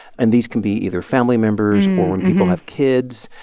and these can be either family members, or people have kids.